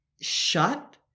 shut